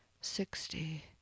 sixty